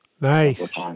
Nice